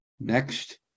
next